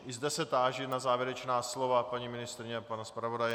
I zde se táži na závěrečná slova paní ministryně a pana zpravodaje.